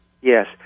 Yes